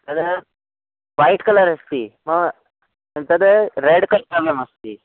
तदा white colour अस्ति ह तद् रेड् कलर् करणीयम् अस्ति